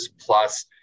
plus